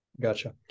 Gotcha